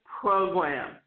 program